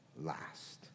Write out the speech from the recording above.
last